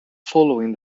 following